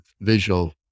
visual